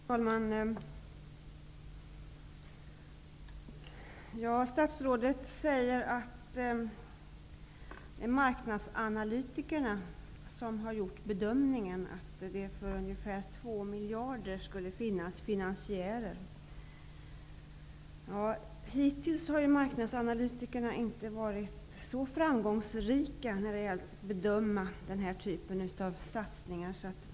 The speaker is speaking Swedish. Fru talman! Statsrådet Mats Odell säger att marknadsanalytikerna har gjort bedömningen att det skulle finnas finansiärer för ungefär 2 miljarder kronor. Hittills har marknadsanalytikerna inte varit så framgångsrika när det gäller att bedöma den typen av satsningar.